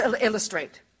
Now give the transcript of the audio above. illustrate